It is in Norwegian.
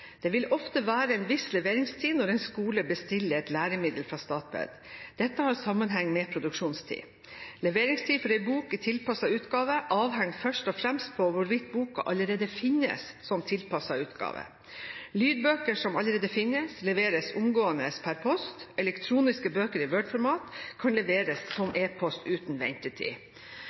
Det vil ofte være en viss leveringstid når en skole bestiller et læremiddel fra Statped. Dette har sammenheng med produksjonstid. Leveringstid for en bok i tilpasset utgave avhenger først og fremst av hvorvidt boken allerede finnes som tilpasset utgave. Lydbøker som allerede finnes, leveres omgående per post. Elektroniske bøker i Word-format kan leveres som